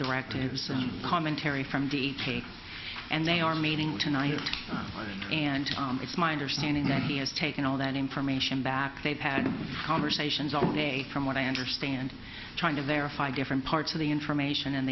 directives and commentary from d t and they are meeting tonight and it's my understanding that he has taken all that information back they've had conversations all day from what i understand trying to verify different parts of the information